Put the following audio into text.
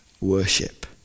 worship